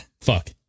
Fuck